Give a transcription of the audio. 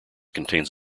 contains